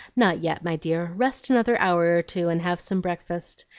not yet, my dear rest another hour or two and have some breakfast.